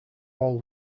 all